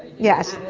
yes,